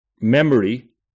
memory